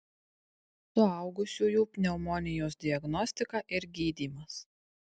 suaugusiųjų pneumonijos diagnostika ir gydymas